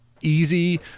easy